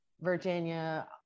Virginia